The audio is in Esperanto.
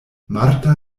marta